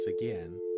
again